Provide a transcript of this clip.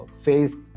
faced